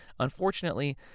Unfortunately